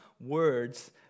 words